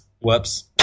Whoops